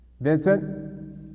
vincent